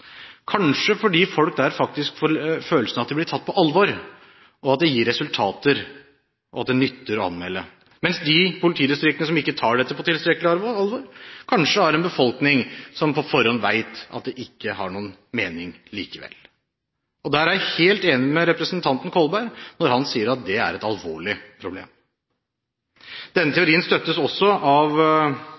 kanskje fordi folk der får følelsen av at de blir tatt på alvor, at det gir resultater, og at det nytter å anmelde, mens de politidistriktene som ikke tar dette på tilstrekkelig alvor, kanskje har en befolkning som på forhånd vet at det ikke har noen mening likevel. Jeg er helt enig med representanten Kolberg når han sier at det er et alvorlig problem. Denne teorien støttes også av